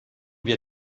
wir